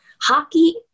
Hockey